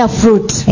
fruit